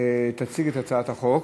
תציג את הצעת החוק,